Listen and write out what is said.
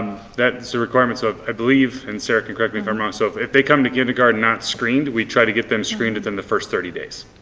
so requirement so i believe, and sara can correct me if i'm wrong, so if if they come to kindergarten not screened, we try to get them screened within the first thirty days.